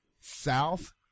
south